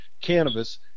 cannabis